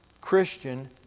Christian